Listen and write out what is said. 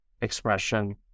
expression